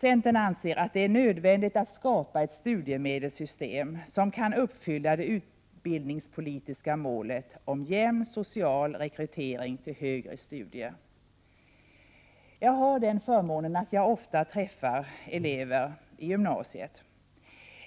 Centern anser att det är nödvändigt att skapa ett studiemedelssystem, som kan uppfylla det utbildningspolitiska målet om jämn social rekrytering till högre studier. Jag har den förmånen att jag ofta träffar elever i gymnasiet.